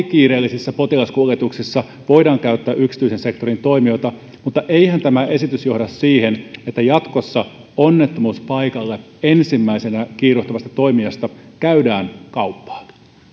kiireellisissä potilaskuljetuksissa voidaan käyttää yksityisen sektorin toimijoita mutta eihän tämä esitys johda siihen että jatkossa onnettomuuspaikalle ensimmäisenä kiiruhtavasta toimijasta käydään kauppaa